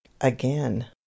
Again